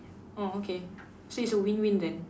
oh okay so it's a win win then